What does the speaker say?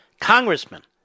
Congressman